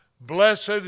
Blessed